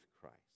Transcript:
Christ